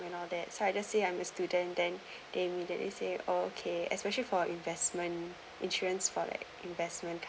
and all that so I just say I'm a student then they immediately say oh okay especially for investment insurance for like investment